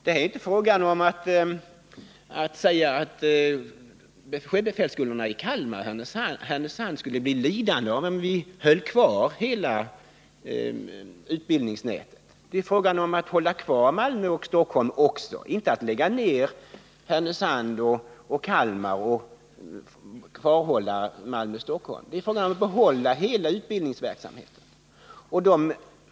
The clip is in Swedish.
Det är inte fråga om att sjöbefälsskolorna i Kalmar och Härnösand skall bli lidande om man behåller hela utbildningsnätet. Det är fråga om att ha kvar utbildningen också i Malmö och Stockholm, inte att lägga ned utbildningen i Härnösand och Kalmar och ha kvar den i Malmö och Stockholm. Det är fråga om att behålla hela utbildningsverksamheten.